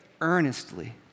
earnestly